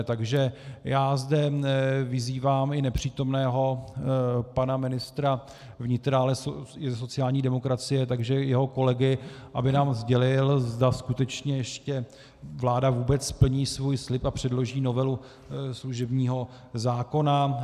Takže já zde vyzývám i nepřítomného pana ministra vnitra, ale je ze sociální demokracie, takže i jeho kolegy, aby nám sdělil, zda skutečně ještě vláda vůbec splní svůj slib a předloží novelu služebního zákona.